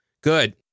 Good